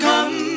Come